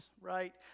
right